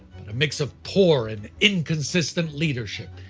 mix of poor and inconsistent leadership,